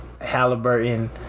Halliburton